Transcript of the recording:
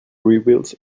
reveals